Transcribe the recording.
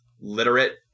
literate